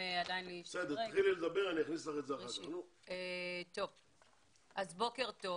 בוקר טוב.